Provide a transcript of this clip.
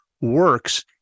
works